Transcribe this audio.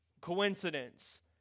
coincidence